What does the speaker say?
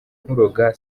nkuroga